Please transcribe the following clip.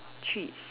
treats